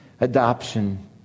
adoption